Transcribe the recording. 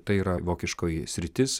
tai yra vokiškoji sritis